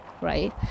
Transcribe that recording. right